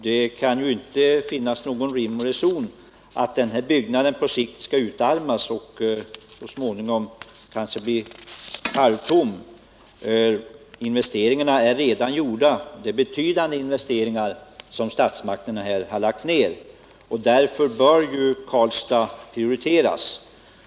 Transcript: Det kan inte vara någon rim och reson i att den byggnad som finns i Karlstad på sikt skall utarmas och så småningom stå där halvtom. Investeringarna är ju redan gjorda — och det rör sig om betydande investeringar som statsmakterna här har gjort — och därför bör Karlstad prioriteras.